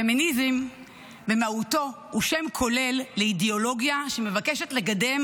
פמיניזם במהותו הוא שם כולל לאידיאולוגיה שמבקשת לקדם